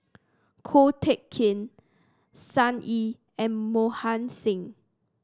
Ko Teck Kin Sun Yee and Mohan Singh